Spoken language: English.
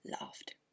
laughed